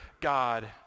God